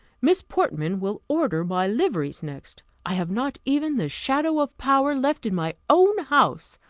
miss portman will order my liveries next! i have not even the shadow of power left in my own house!